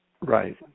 Right